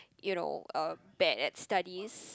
you know uh bad at studies